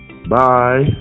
Bye